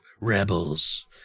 rebels